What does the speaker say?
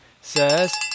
says